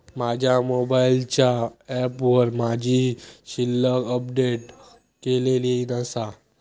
माझ्या मोबाईलच्या ऍपवर माझी शिल्लक अपडेट केलेली नसा